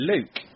Luke